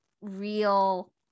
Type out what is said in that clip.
real